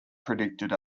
predicted